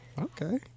Okay